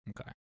okay